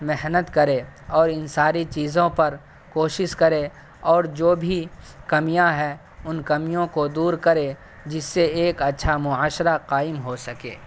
محنت کرے اور ان ساری چیزوں پر کوشش کرے اور جو بھی کمیاں ہے ان کمیوں کو دور کرے جس سے ایک اچھا معاشرہ قائم ہو سکے